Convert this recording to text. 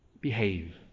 behave